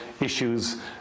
issues